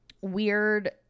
weird